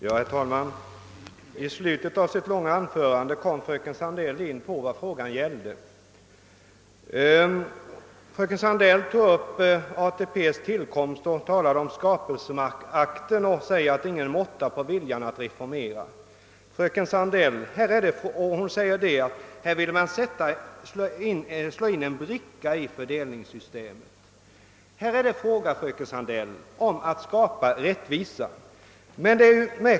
Herr talman! I slutet av sitt långa anförande kom fröken Sandell in på det som frågan gäller. Fröken Sandell talade om födslovåndorna vid ATP:s tillkomst och menade att det inte är någon måtta på viljan att reformera systemet. Hon sade vidare att man nu vill slå in en murbräcka mot fördelningssystemet. Vad det är fråga om, fröken Sandell, är att skapa rättvisa.